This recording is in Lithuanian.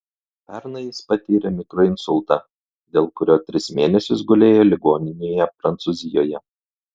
pernai jis patyrė mikroinsultą dėl kurio tris mėnesius gulėjo ligoninėje prancūzijoje